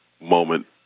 moment